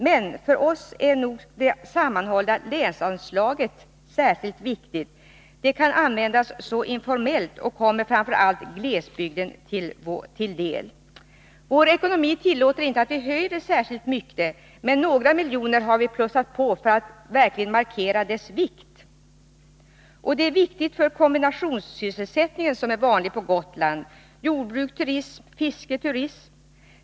Men för oss är nog det sammanhållna länsanslaget särskilt viktigt. Det kan användas informellt och kommer framför allt glesbygden till del. Vår ekonomi tillåter inte att vi höjer det särskilt mycket, men vi har ändå plussat på det med några miljoner för att markera dess vikt. Det är viktigt för kombinationssysselsättningen, som är vanlig på Gotland: t.ex. jordbruk turism.